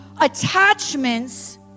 attachments